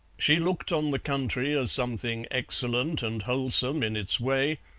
she looked on the country as something excellent and wholesome in its way,